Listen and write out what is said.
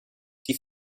die